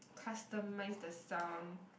customize the sound